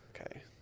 Okay